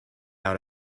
out